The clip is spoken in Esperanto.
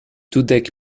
dudek